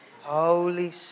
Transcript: Holy